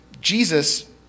Jesus